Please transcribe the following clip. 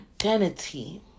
identity